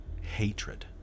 hatred